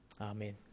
Amen